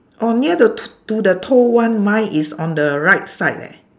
oh near to t~ to the toe one mine is on the right side leh